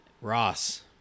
ross